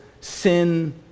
sin